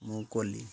ମୁଁ କଲି